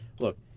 Look